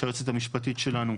שהיועצת המשפטית שלנו,